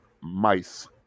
mice